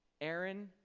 Aaron